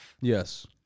Yes